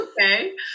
okay